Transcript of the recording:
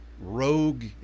rogue